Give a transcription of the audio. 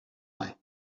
night